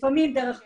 לפעמים דרך תקציב,